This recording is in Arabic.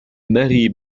ماري